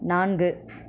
நான்கு